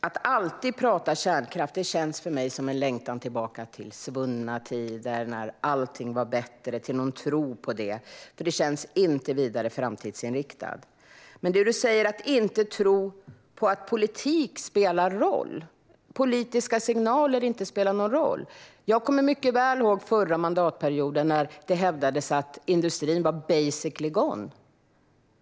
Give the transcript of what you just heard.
Att alltid tala om kärnkraft känns för mig som en längtan tillbaka till svunna tider och en tro på att allting var bättre då. Det känns inte vidare framtidsinriktat. Mattias Bäckström Johansson talar om att han inte tror att politik och politiska signaler spelar någon roll. Jag kommer mycket väl ihåg hur det var förra mandatperioden när det hävdades att industrin var basically gone.